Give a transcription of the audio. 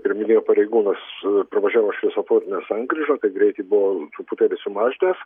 ir minėjo pareigūnas pravažiavus šviesoforinę sankryžą greitį buvo truputėlį sumažinęs